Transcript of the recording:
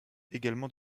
également